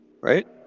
right